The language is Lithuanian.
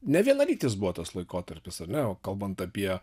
nevienalytis buvo tas laikotarpis ar ne o kalbant apie